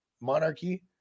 monarchy